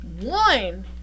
One